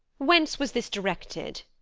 whence was this directed?